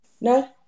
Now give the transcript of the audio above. No